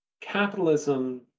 capitalism